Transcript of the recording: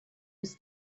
was